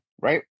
Right